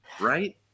right